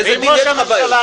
באיזה דין יש לך בעיות?